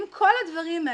אם כל הדברים האלה,